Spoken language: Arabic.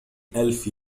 ألف